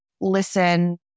listen